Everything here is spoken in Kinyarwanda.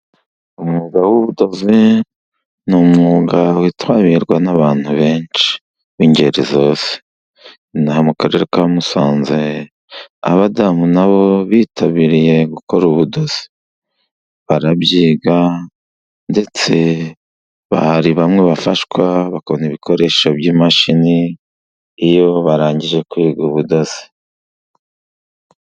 Umwuga w'ubudozi ni umwuga witabirwa n'abantu benshi b'ingeri zose, ino aha mu Karere ka Musanze abadamu na bo bitabiriye gukora ubudozi barabyiga, ndetse hari bamwe bafashwa bakabona ibikoresho by'imashini iyo barangije kwiga ubudozi.